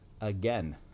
again